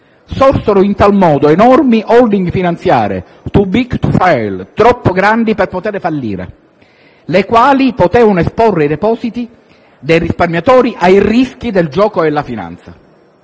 Sorsero in tal modo enormi *holding* finanziarie «*too big to fail*» (troppo grandi per poter fallire), le quali potevano esporre i depositi dei risparmiatori ai rischi del gioco della finanza.